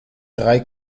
drei